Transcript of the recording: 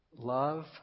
Love